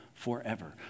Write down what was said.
forever